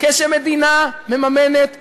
כשמדינה מממנת ארגון,